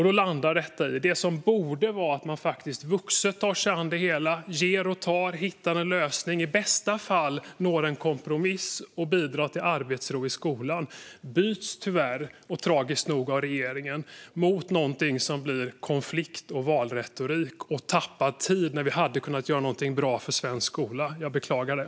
Då landar det i att det som borde vara att man vuxet tar sig an det hela, ger och tar, hittar en lösning, i bästa fall når en kompromiss och bidrar till arbetsro i skolan byts tyvärr och tragiskt nog av regeringen mot någonting som blir konflikt, valretorik och tappad tid när vi hade kunnat göra någonting bra för svensk skola. Jag beklagar det.